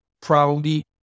proudly